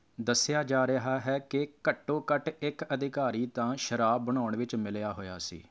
ਦੱਸਿਆ ਜਾ ਰਿਹਾ ਹੈ ਕਿ ਘੱਟੋ ਘੱਟ ਇੱਕ ਅਧਿਕਾਰੀ ਤਾਂ ਸ਼ਰਾਬ ਬਣਾਉਣ ਵਿੱਚ ਮਿਲਿਆ ਹੋਇਆ ਸੀ